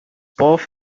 both